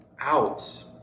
out